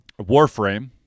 Warframe